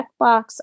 checkbox